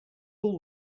all